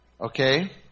Okay